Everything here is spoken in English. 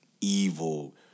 evil